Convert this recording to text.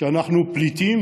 שאנחנו פליטים,